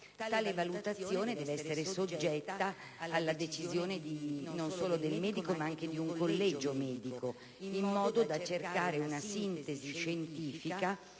Tale valutazione deve essere soggetta ad una decisione, non solo del medico, ma anche di un collegio medico, in modo da cercare una sintesi scientifica